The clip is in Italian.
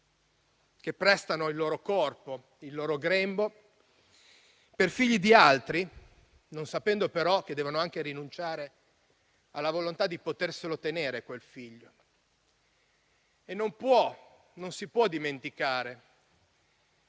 che prestano il loro corpo e il loro grembo per figli di altri, non sapendo però che devono anche rinunciare alla volontà di tenerselo. Non si può dimenticare